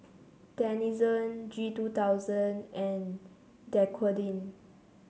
Denizen G two thousand and Dequadin